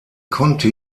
konnte